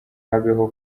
habeho